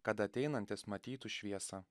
kad ateinantys matytų šviesą